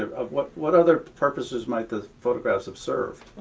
sort of what what other purposes might the photographs have served?